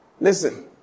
listen